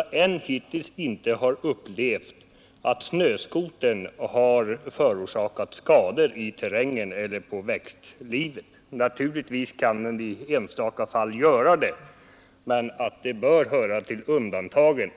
jag inte upplevt att snöskotern har förorsakat skador i terrängen eller på växtlivet. Naturligtvis kan den i enstaka fall göra det, men det hör till undantagen.